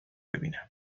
ببینم